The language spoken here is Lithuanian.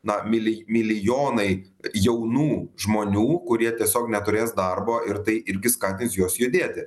na milij milijonai jaunų žmonių kurie tiesiog neturės darbo ir tai irgi skatins juos judėti